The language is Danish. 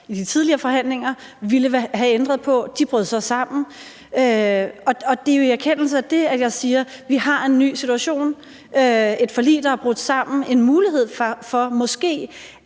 i de tidligere forhandlinger ville have ændret på. De brød så sammen. Det er i erkendelse af det, at jeg siger, at vi har en ny situation med et forlig, der er brudt sammen, og måske